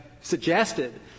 suggested